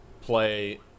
play